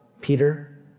Peter